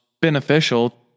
beneficial